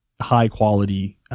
high-quality